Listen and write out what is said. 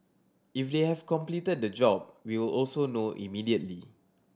if they have completed the job we will also know immediately